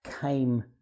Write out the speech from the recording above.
came